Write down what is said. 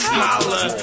holla